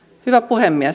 hyvä puhemies